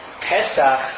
Pesach